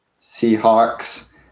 Seahawks